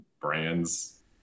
brands